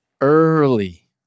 early